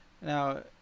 now